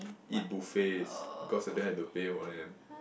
eat buffets because your dad have to pay for them